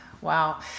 Wow